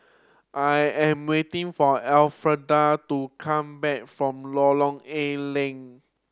I am waiting for Elfreda to come back from Lorong A Leng